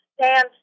stand